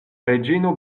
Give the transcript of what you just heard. reĝino